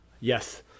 Yes